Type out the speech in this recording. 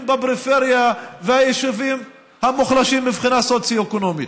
בפריפריה והיישובים המוחלשים מבחינה סוציו-אקונומית?